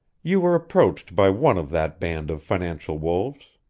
you were approached by one of that band of financial wolves.